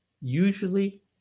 Usually